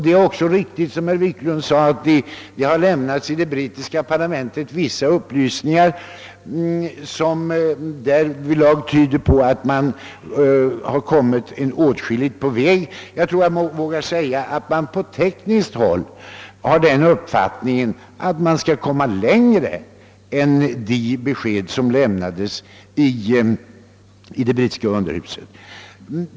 Det är också riktigt att, som herr Wiklund nämnde, det i det brittiska parlamentet har lämnats vissa upplysningar som därvidlag tyder på att man kommit en bra bit på väg. Jag tror man vågar säga att man på tekniskt håll har den uppfattningen att man skall komma längre än enligt det besked som lämnades i det brittiska underhuset.